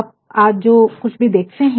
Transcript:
आप आज जो कुछ भी देखते हैं